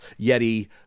Yeti